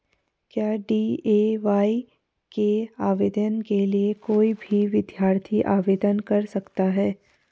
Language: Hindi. क्या डी.ए.वाय के आवेदन के लिए कोई भी विद्यार्थी आवेदन कर सकता है?